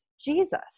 Jesus